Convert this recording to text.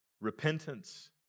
repentance